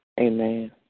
Amen